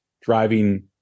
driving